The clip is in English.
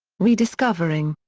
rediscovering.